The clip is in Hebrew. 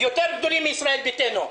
יותר גדולים מישראל ביתנו,